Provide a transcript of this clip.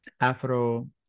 afro